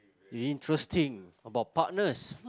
interesting about partners